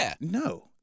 No